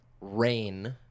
Rain